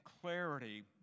clarity